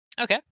Okay